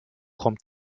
kommt